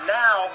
now